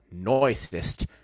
noisest